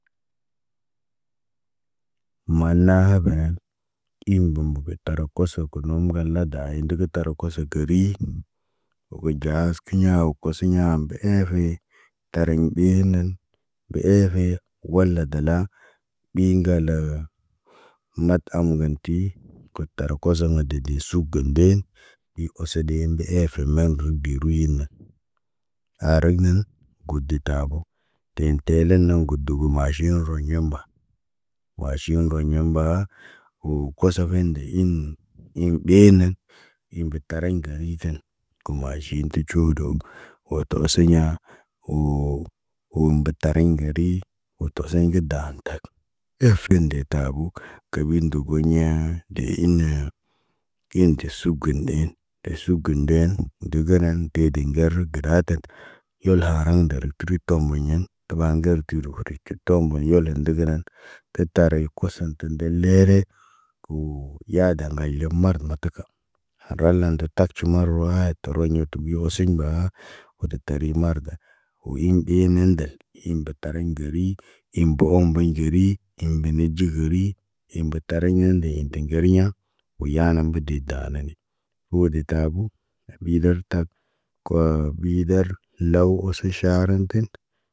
Maana habənen, im- bom bom be tarok, koso go nom ŋgal lada dayen dəgə tara koso kerii. Wo ki ɟaaskiɲa wo kosiɲa be efe. Tariɲ ɓe nən, be efe, wala dala, ɓe ŋgal, mat am gen ti, got tara koso na deb de sug gan ndeen. I oso ɗeen be eefe mem rug bi ruyina. Aarək nan, got de tabo, teen tele naŋg got duu dubəlu maʃi na roɲé mba. Maʃin roɲa mba, wo koso fende iŋg, iŋg ɓee nen. Iŋg be tariɲ gariitine, kumajin ti cuudo, wo to oseɲa, woo, woo mbutariɲ gari. Woo tosen gə dahan tak, ef gen de tabu, kebi dogoɲa, dee in- nee. Kinde sugun ɗeen, pesu gun ndeen, ndəgənan dee de ŋgaruk gədaaten, yolha handərəktə təri tomoyen tə ɓa ŋgəl tir hudec cək toombun yolon ndəgənan kətari kosənt tə ndel lere. Kuu yadarna ŋgaylom mardə mataka. Hadalla ndə takcu marawaayit toroɲõ tu bi oseɲ baa, wo de teri marda. Wo in ɓe nandəl, im batariɲ gərii, im bohom mboɲ ɟerii, im be neɟəhəri, im be tariɲande inde geriɲa. Wo yaanan ge de daanane woo de tabu midor tak. Ko ɓidər low usu ʃarən tən.